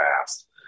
fast